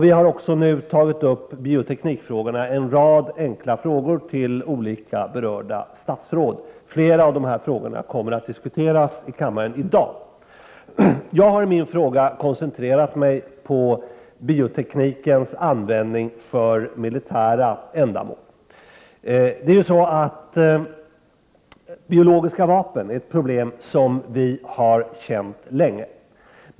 Vi har också ställt en rad frågor till berörda statsråd om biotekniken. Flera av dessa frågor kommer att diskuteras i kammaren i dag. Jag har i min fråga koncentrerat mig på bioteknikens användning för militära ändamål. Biologiska vapen utgör ett problem som vi har känt till länge.